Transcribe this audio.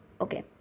Okay